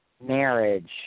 marriage